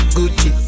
Gucci